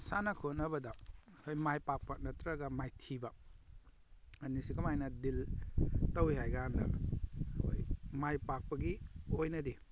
ꯁꯥꯟꯅ ꯈꯣꯠꯅꯕꯗ ꯑꯩꯈꯣꯏ ꯃꯥꯏ ꯄꯥꯛꯄ ꯅꯠꯇ꯭ꯔꯒ ꯃꯥꯏꯊꯤꯕ ꯑꯅꯤꯁꯤ ꯀꯃꯥꯏꯅ ꯗꯤꯜ ꯇꯧꯏ ꯍꯥꯏꯕꯀꯥꯟꯗ ꯑꯩꯈꯣꯏ ꯃꯥꯏ ꯄꯥꯛꯄꯒꯤ ꯑꯣꯏꯅꯗꯤ